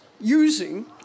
using